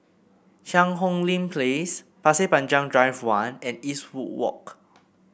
Cheang Hong Lim Place Pasir Panjang Drive One and Eastwood Walk